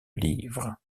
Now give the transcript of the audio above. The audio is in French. livres